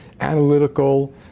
analytical